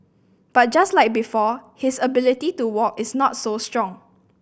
but just like before his ability to walk is not so strong